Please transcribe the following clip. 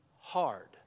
hard